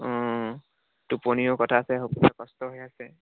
অঁ টোপনিৰো কথা আছে সকলোৰে কষ্ট হৈ আছে